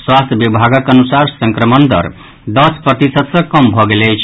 स्वास्थ्य विभागक अनुसार संक्रमण दर दस प्रतिशत सॅ कम भऽ गेल अछि